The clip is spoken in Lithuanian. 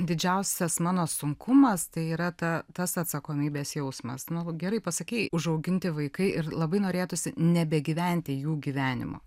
didžiausias mano sunkumas tai yra ta tas atsakomybės jausmas nu gerai pasakei užauginti vaikai ir labai norėtųsi nebegyventi jų gyvenimo